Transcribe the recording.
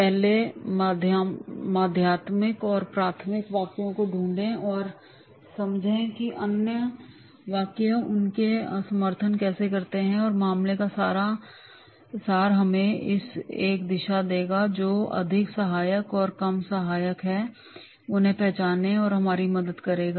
पहले माध्यमिकऔर प्राथमिक वाक्यों को ढूंढें और समझें कि अन्य वाक्य उनका समर्थन कैसे करते हैं और मामले का सार हमें एक दिशा देगा जो अधिक सहायक है और जो कम सहायक है उन्हें पहचानने में हमारी मदद करेगा